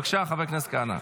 בבקשה, חבר הכנסת כהנא.